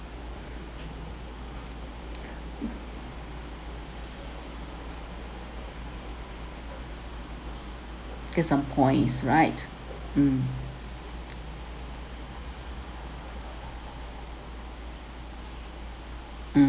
give some points right mm